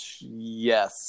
Yes